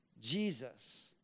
Jesus